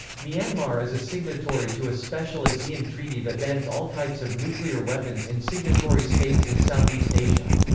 myanmar is a signatory to a special asean treaty that bans all types of nuclear weapons in signatory states in southeast asia.